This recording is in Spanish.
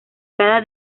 cada